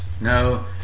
No